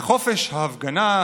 וחופש ההפגנה,